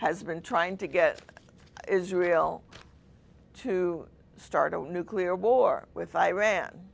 has been trying to get israel to start a nuclear war with iran